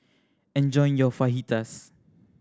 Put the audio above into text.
enjoy your Fajitas